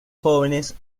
jóvenes